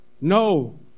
No